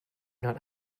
not